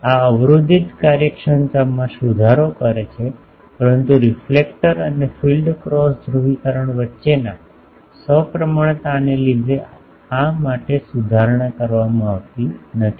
આ અવરોધિત કાર્યક્ષમતામાં સુધારો કરે છે પરંતુ રિફલેક્ટર અને ફીલ્ડ ક્રોસ ધ્રુવીકરણ વચ્ચેના સપ્રમાણતાને લીધે આ માટે સુધારણા કરવામાં આવતી નથી